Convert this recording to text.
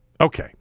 Okay